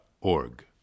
org